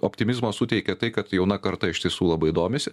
optimizmo suteikia tai kad jauna karta iš tiesų labai domisi